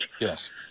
Yes